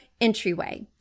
entryway